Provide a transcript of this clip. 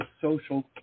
social